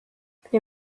wir